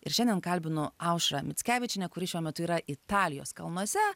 ir šiandien kalbinu aušrą mickevičienę kuri šiuo metu yra italijos kalnuose